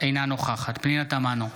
אינה נוכחת פנינה תמנו,